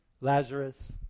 Lazarus